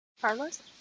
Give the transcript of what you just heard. Carlos